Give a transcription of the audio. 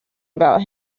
about